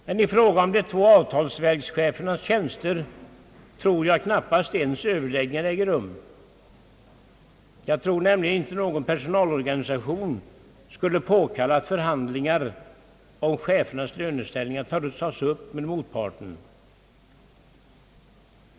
Men i fråga om de två avtalsverkschefernas tjänster tror jag knappast ens överläggningar äger rum. Jag tror nämligen inte någon personalorganisation skulle påkalla förhandlingar, om chefernas löneställningar hade tagits upp med motparten.